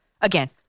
Again